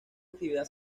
actividad